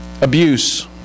Abuse